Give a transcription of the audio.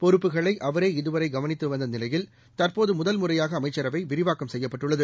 பொறுப்புகளைஅவரேஇதுவரைகவனித்துவந்தநிலையில்தற்போதுமுதல்முறையா கஅமைச்சரவைவிரிவாக்கம்செய்யப்பட்டுள்ளது